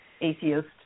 atheist